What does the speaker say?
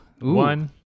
One